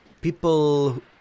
people